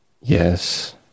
yes